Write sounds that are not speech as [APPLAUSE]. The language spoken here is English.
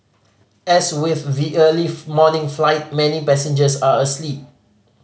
as with the early [UNINTELLIGIBLE] morning flight many passengers are asleep